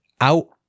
out